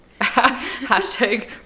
Hashtag